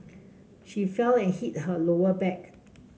she fell and hit her lower back